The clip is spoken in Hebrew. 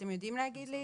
אתם יודעים להגיד לי?